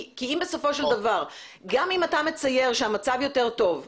כי אם בסופו של דבר גם אם אתה מצייר שהמצב יותר טוב,